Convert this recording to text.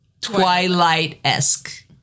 twilight-esque